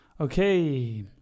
Okay